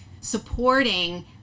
supporting